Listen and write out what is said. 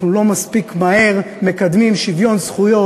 אני הייתי בא ואומר שאנחנו לא מספיק מהר מקדמים שוויון זכויות,